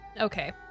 Okay